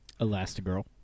elastigirl